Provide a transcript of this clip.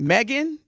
Megan